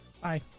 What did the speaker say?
Bye